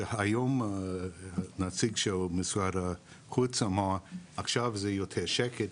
שהיום נציג של משרד החוץ אמר שעכשיו זה יותר שקט